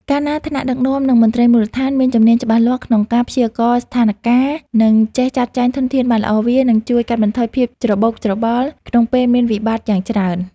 កាលណាថ្នាក់ដឹកនាំ និងមន្ត្រីមូលដ្ឋានមានជំនាញច្បាស់លាស់ក្នុងការព្យាករណ៍ស្ថានការណ៍ និងចេះចាត់ចែងធនធានបានល្អ វានឹងជួយកាត់បន្ថយភាពច្របូកច្របល់ក្នុងពេលមានវិបត្តិបានយ៉ាងច្រើន។